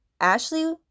Ashley